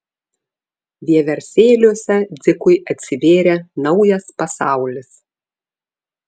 vieversėliuose dzikui atsivėrė naujas pasaulis